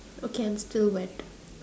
okay I'm still wet